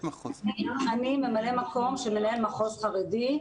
אני ממלא מקום של מנהל מחוז חרדי.